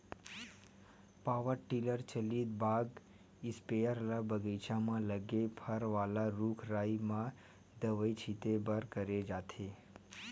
power tiller चलित बाग spare ल बगीचा म लगे फर वाला रूख राई म दवई छिते बर करे जाथे